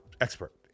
expert